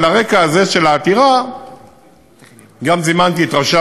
על הרקע הזה של העתירה גם זימנתי את ראשי